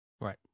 Right